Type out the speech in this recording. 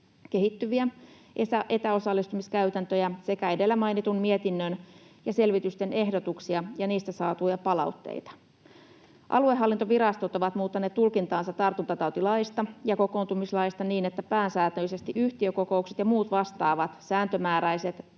kehittyviä etäosallistumiskäytäntöjä sekä edellä mainitun mietinnön ja selvitysten ehdotuksia ja niistä saatuja palautteita. Aluehallintovirastot ovat muuttaneet tulkintaansa tartuntatautilaista ja kokoontumislaista niin, että pääsääntöisesti yhtiökokoukset ja muut vastaavat sääntömääräiset